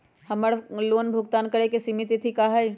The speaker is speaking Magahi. हमर लोन भुगतान करे के सिमित तिथि का हई?